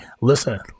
Listen